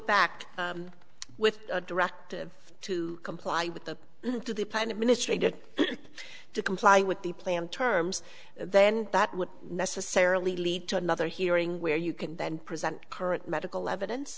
back with a directive to comply with the to the planet ministry did to comply with the plan terms then that would necessarily lead to another hearing where you can then present current medical evidence